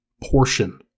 portion